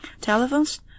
telephones